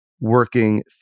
working